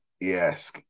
Yes